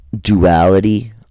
duality